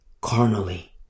Carnally